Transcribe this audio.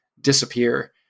disappear